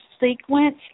sequence